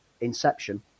Inception